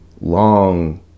long